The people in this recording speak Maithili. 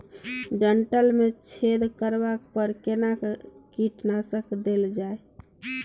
डंठल मे छेद करबा पर केना कीटनासक देल जाय?